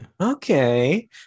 okay